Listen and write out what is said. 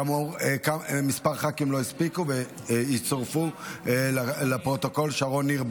כמה ח"כים לא הספיקו ויצורפו לפרוטוקול: שרון ניר,